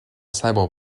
sabre